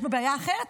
יש בו בעיה אחרת?